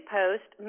post